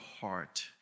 heart